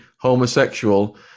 homosexual